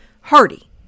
Hardy